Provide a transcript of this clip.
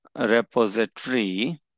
repository